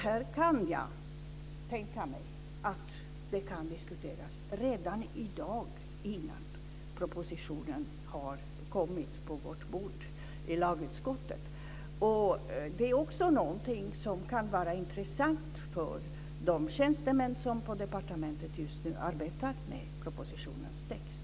Jag kan tänka mig att detta kan diskuteras redan innan propositionen har kommit på lagutskottets bord. Det kan också vara intressant för de tjänstemän på departementet som just nu arbetar med propositionens text.